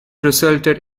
resulted